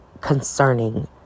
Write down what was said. concerning